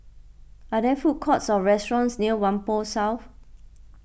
are there food courts or restaurants near Whampoa South